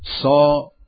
saw